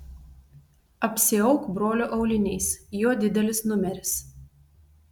apsiauk brolio auliniais jo didelis numeris